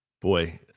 Boy